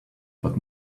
but